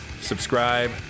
subscribe